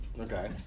Okay